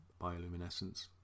bioluminescence